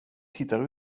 tittar